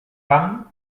pam